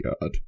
God